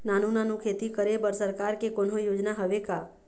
नानू नानू खेती करे बर सरकार के कोन्हो योजना हावे का?